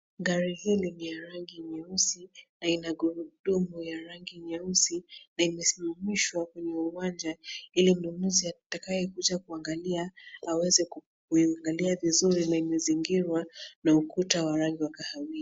Gari hili ni rangi nyeusi na ina gurudumu yenye rangi nyeusi na imesimamishwa kwenye uwanja ili mnunuzi atakayekuja kuangalia aweze kuiangalia vizuri na imezingirwa na ukuta wa rangi ya kahawia.